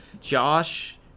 Josh